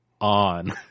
on